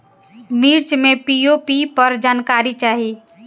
मिर्च मे पी.ओ.पी पर जानकारी चाही?